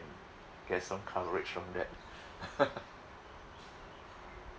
get some coverage from that